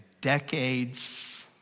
decades